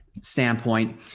standpoint